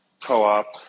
co-op